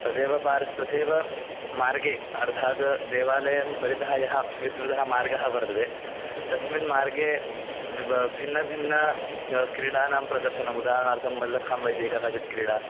तदेव पार्श्वे तथैव मार्गे अर्थात् देवालयं परितः यः विस्तृतः मार्गः वर्तते तस्मिन् मार्गे विब भिन्नभिन्नानां क्रीडानां प्रदर्शनम् उदाहरणार्थं मल्लखम्ब इति एका काचित् क्रीडा